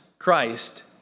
Christ